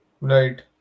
right